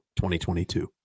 2022